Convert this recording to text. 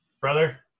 Brother